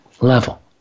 level